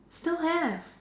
still have